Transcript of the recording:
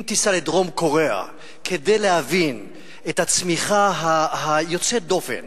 אם תיסע לדרום-קוריאה כדי להבין את הצמיחה יוצאת הדופן